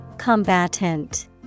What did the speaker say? Combatant